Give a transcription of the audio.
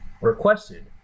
requested